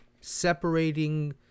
separating